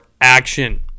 action